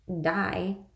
die